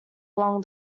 along